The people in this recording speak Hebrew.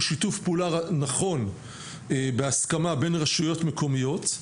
שיתוף פעולה נכון בהסכמה בין רשויות מקומיות.